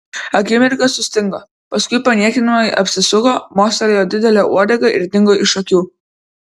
akimirką sustingo paskui paniekinamai apsisuko mostelėjo didele uodega ir dingo iš akių